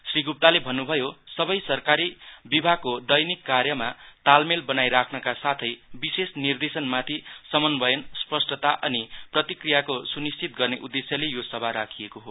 श्री गुप्ताले भन्नुभयोसबै सरकारी विभागको दैनिक कार्यमा तालमेल बनाईराख्नका साथै विशेष निर्देशनमाथि समन्वयनस्पष्टता अनि प्रतिक्रियाको सुनिश्चित गर्ने उदेश्यले यो सभा राखिएको हो